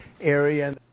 area